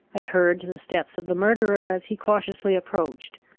i heard the steps of the murderer as he cautiously approached.